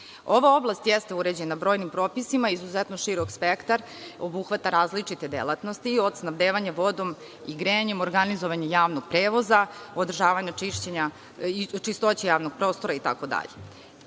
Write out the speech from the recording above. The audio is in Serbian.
Ova oblast jeste uređena brojnim propisima. Izuzetno širok spektar, obuhvata različite delatnosti od snabdevanja vodom i grejanjem, organizovanje javnog prevoza, održavanje čistoće javnog prostora i